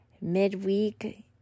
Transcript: Midweek